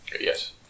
Yes